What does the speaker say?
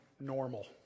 normal